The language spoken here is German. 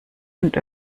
und